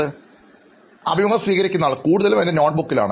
Iഅഭിമുഖം സ്വീകരിക്കുന്നയാൾ കൂടുതലും എൻറെ നോട്ടുബുക്കിൽ ആണ്